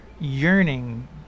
yearning